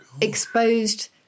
exposed